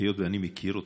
היות שאני מכיר אותם,